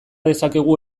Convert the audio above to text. dezakegu